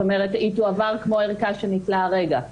זאת אומרת, היא תועבר כמו ערכה שניטלה הרגע.